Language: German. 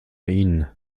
ihn